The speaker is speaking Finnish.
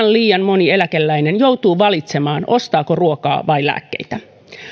liian moni eläkeläinen joutuu valitsemaan ostaako ruokaa vai lääkkeitä